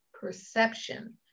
perception